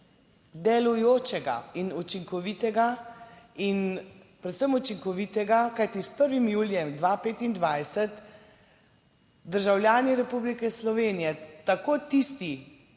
delujočega in učinkovitega in predvsem učinkovitega, kajti s 1. julijem 2025 državljani Republike Slovenije, tako tisti,